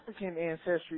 AfricanAncestry